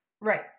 right